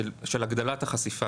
של הגדלת החשיפה